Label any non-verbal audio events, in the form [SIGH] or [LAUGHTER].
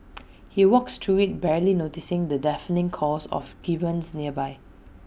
[NOISE] he walks through IT barely noticing the deafening calls of gibbons nearby